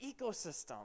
ecosystem